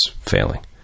failing